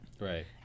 Right